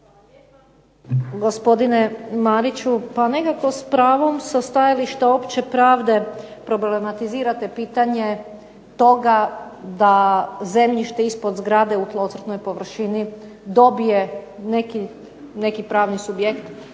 Hvala lijepa. Gospodine Mariću pa nekako s pravom, sa stajališta opće pravde, problematizirate pitanje toga da zemljište ispod zgrade u tlocrtnoj površini dobije neki pravni subjekt